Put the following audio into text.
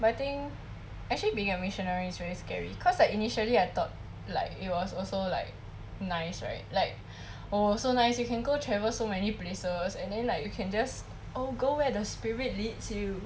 but I think actually being a missionary is very scary cause like initially I thought like it was also like nice right like oh so nice you can go travel so many places and then like you can just oh go where the spirit leads you